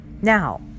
now